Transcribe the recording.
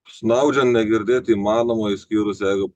snaudžiant negirdėti įmanoma išskyrus jeigu